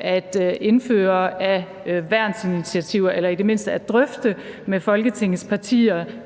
at indføre af værnsinitiativer, eller i det mindste at drøfte det med Folketingets partier.